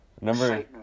Number